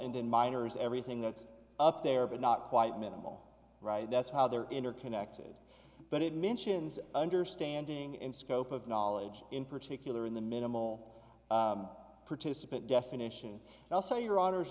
then minors everything that's up there but not quite minimal right that's how they're interconnected but it mentions understanding and scope of knowledge in particular in the minimal participant definition and also your hon